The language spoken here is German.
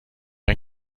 ein